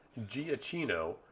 Giacchino